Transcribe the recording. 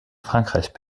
frankreich